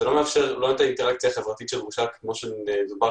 זה לא מאפשר את האינטראקציה החברתית שדרושה כמו שדובר,